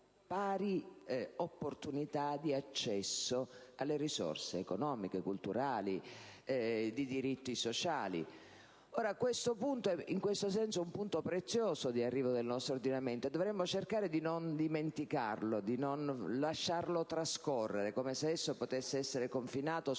pari opportunità di accesso alle risorse economiche, culturali, di diritti sociali. Ora, in tal senso questo punto rappresenta un traguardo prezioso del nostro ordinamento e dovremmo cercare di non dimenticarlo, di non lasciarlo trascorrere, come se esso potesse essere confinato soltanto